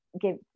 give